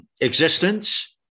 existence